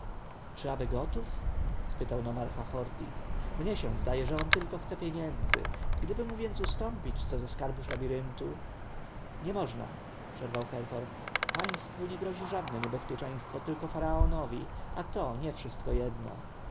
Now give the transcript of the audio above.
czy aby gotów spytał nomarcha horti mnie się zdaje że on tylko chce pieniędzy gdyby mu więc ustąpić coś ze skarbów labiryntu nie można przerwał herhor państwu nie grozi żadne niebezpieczeństwo tylko faraonowi a to nie wszystko jedno